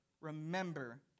remember